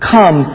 come